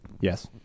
Yes